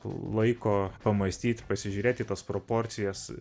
laiko pamąstyt pasižiūrėt į tas proporcijas